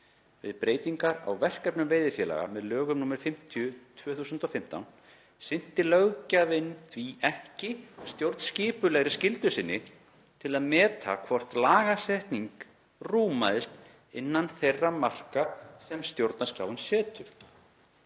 Við breytingar á verkefnum veiðifélaga, með lögum nr. 50/2015, sinnti löggjafinn því ekki stjórnskipulegri skyldu sinni til að meta hvort lagasetning rúmaðist innan þeirra marka sem stjórnarskráin setur.